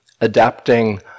adapting